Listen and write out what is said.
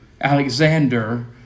Alexander